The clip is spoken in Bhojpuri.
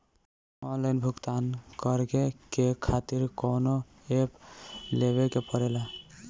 आनलाइन भुगतान करके के खातिर कौनो ऐप लेवेके पड़ेला?